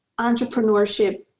entrepreneurship